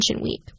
week